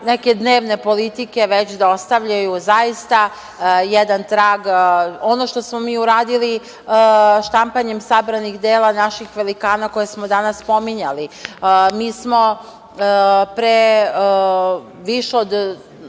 neke dnevne politike, već da ostavljaju zaista jedan trag. Ono što smo mi uradili štampanjem sabranih dela naših velikana, koje smo danas spominjali, mi smo pre više od